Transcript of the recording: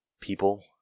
people